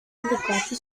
décoratifs